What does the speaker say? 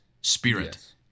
spirit